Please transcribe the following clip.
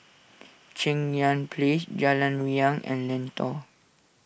Cheng Yan Place Jalan Riang and Lentor